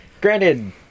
Granted